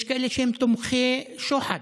יש כאלה שהם תומכי שוחד